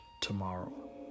tomorrow